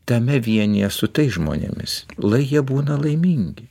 tame vienyje su tais žmonėmis lai jie būna laimingi